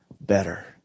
better